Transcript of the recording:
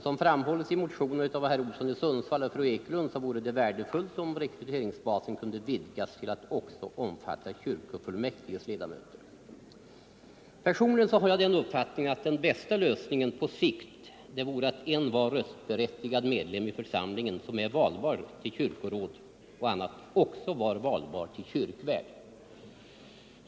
Som framhållits i motionen av herr Olsson i Sundsvall och fru Ekelund vore det värdefullt om rekryteringsbasen för kyrkvärdar kunde vidgas till att också omfatta kyrkofullmäktiges ledamöter. Personligen har jag den uppfattningen att den bästa lösningen på sikt vore att envar röstberättigad medlem i församlingen som är valbar till kyrkoråd också vore valbar som kyrkvärd.